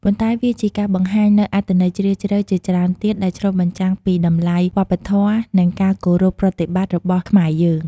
ប៉ុន្តែវាជាការបង្ហាញនូវអត្ថន័យជ្រាលជ្រៅជាច្រើនទៀត ដែលឆ្លុះបញ្ចាំងពីតម្លៃវប្បធម៌ និងការគោរពប្រណិប័តន៍របស់ខ្មែរយើង។